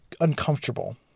uncomfortable